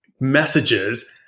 messages